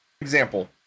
example